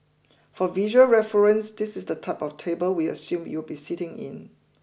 for visual reference this is the type of table we assume you will be sitting in